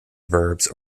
verbs